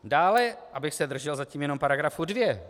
Dále, abych se držel zatím jenom § 2.